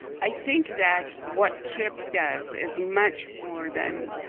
i think that what trip does is much more than